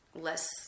less